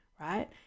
right